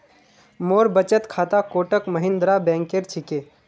मोर बचत खाता कोटक महिंद्रा बैंकेर छिके